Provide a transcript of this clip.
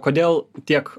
kodėl tiek